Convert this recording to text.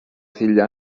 filla